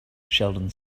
sheldon